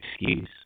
excuse